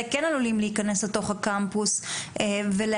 כן עלולים להיכנס לתוך הקמפוס ולהדביק.